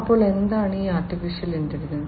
അപ്പോൾ എന്താണ് AI